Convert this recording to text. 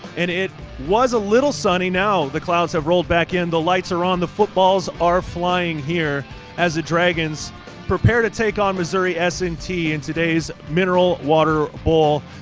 and it was a little sunny. now the clouds have rolled back in, the lights are on. the footballs are flying here as the dragons prepare to take on missouri s and t in today's mineral water bowl.